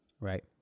Right